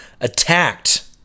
attacked